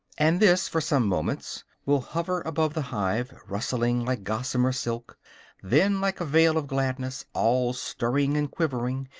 and this for some moments will hover above the hive, rustling like gossamer silk then, like a veil of gladness, all stirring and quivering,